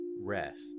rest